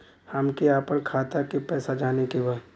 हमके आपन खाता के पैसा जाने के बा